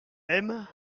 aime